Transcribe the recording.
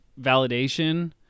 validation